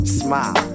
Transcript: smile